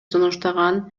сунуштаган